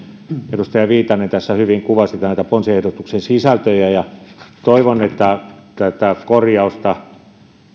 edustaja viitanen tässä hyvin kuvasi näiden ponsiehdotuksien sisältöjä ja toivon että tätä korjausta